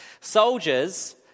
Soldiers